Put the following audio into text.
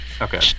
Okay